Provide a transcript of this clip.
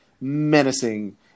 menacing